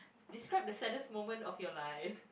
describe the saddest moment of your life